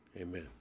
Amen